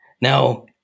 Now